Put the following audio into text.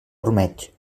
ormeig